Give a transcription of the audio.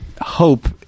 hope